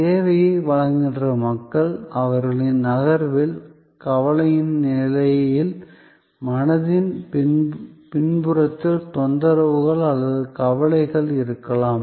சேவையை வழங்குகின்ற மக்கள் அவர்களின் நகர்வில் கவலையின் நிலையில் மனதின் பின்புறத்தில் தொந்தரவுகள் அல்லது கவலைகள் இருக்கலாம்